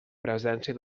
presència